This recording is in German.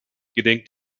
gedenkt